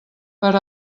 per